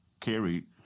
carried